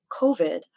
COVID